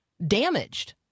Damaged